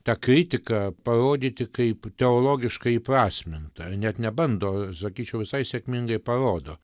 tą kritiką parodyti kaip teologiškai įprasminta net nebando sakyčiau visai sėkmingai parodo